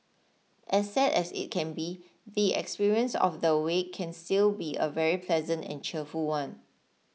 as sad as it can be the experience of the wake can still be a very pleasant and cheerful one